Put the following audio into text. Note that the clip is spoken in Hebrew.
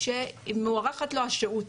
שמוארכת לו השהות.